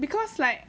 because like